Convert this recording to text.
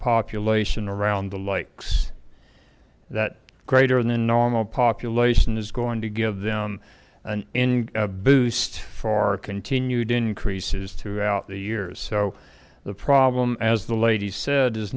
population around the lakes that greater than normal population is going to give them an in boost for continued increases throughout the years so the problem as the lady said is